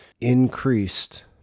increased